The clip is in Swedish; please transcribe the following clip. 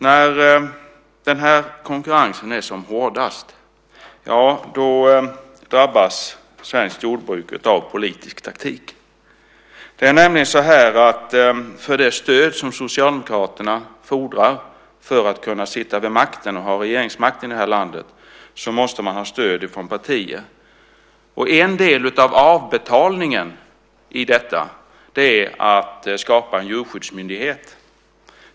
När denna konkurrens är som hårdast drabbas svenskt jordbruk av politisk taktik. Det är nämligen så att för det stöd som Socialdemokraterna fordrar för att kunna ha regeringsmakten i det här landet måste de ha stöd från olika partier. En del av avbetalningen för detta är att skapa en djurskyddsmyndighet.